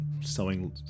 sewing